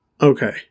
Okay